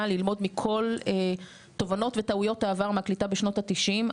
ללמוד מכל תובנות וטעויות העבר מהקליטה בשנות התשעים,